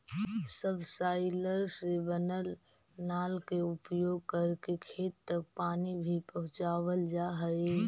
subsoiler से बनल नाल के उपयोग करके खेत तक पानी भी पहुँचावल जा हई